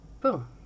Boom